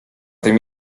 tym